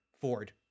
Ford